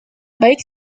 baik